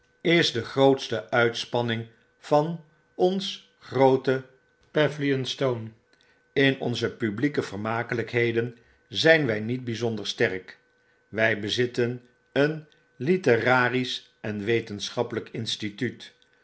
is de grootsteuitspanning van ons groote pavilionstone in onze publieke vermakelykheden zynwijniet byzonder sterk wij bezitten een literarisch en wetenschappelyk instituut